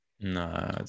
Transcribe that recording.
No